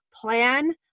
plan